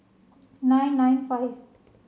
nine nine five